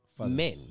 men